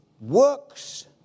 works